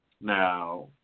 Now